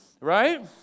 right